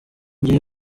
gihe